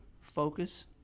focus